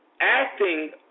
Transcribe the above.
Acting